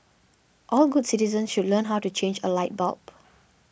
all good citizens should learn how to change a light bulb